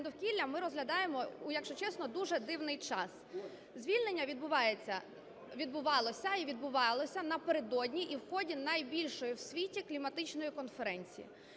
ми розглядаємо, якщо чесно, у дуже дивний час. Звільнення відбувається, відбувалося і відбувалося напередодні і в ході найбільшої в світі Кліматичної конференції